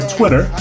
Twitter